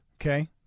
Okay